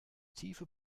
tiefe